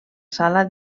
sala